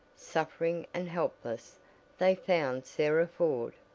suffering and helpless, they found sarah ford.